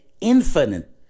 infinite